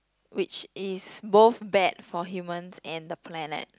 which is both bad for human and the planet